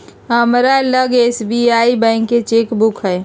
हमरा लग SBI bank के चेक बुक हइ